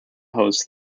hosts